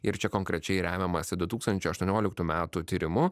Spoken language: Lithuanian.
ir čia konkrečiai remiamasi du tūkstančiai aštuonioliktų metų tyrimu